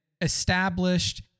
established